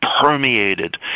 permeated